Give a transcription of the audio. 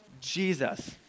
Jesus